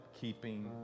keeping